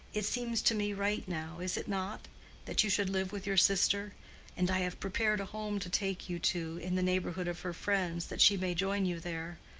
it seems to me right now is it not that you should live with your sister and i have prepared a home to take you to in the neighborhood of her friends, that she may join you there.